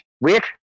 Wait